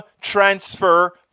transfer